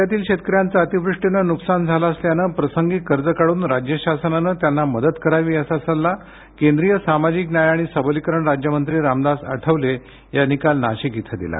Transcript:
राज्यातील शेतकऱ्यांचे अतिवृष्टीने नुकसान झाले असल्याने प्रसंगी कर्ज काढून राज्य शासनाने त्यांना मदत करावी असा सल्ला केंद्रीय सामाजिक न्याय आणि सबलीकरण राज्यमंत्री रामदास आठवले यांनी काल नाशिक इथं दिला